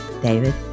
David